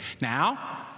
Now